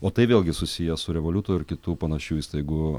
o tai vėlgi susiję su revoliutu ir kitų panašių įstaigų